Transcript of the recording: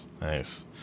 nice